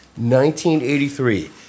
1983